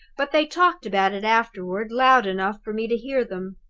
but they talked about it afterward, loud enough for me to hear them.